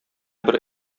бер